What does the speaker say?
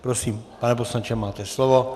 Prosím, pane poslanče, máte slovo.